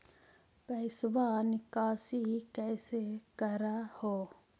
पैसवा निकासी कैसे कर हो?